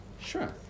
Sure